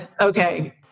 Okay